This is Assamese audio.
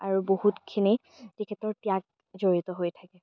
আৰু বহুতখিনি তেখেতৰ ত্যাগ জড়িত হৈ থাকে